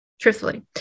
Truthfully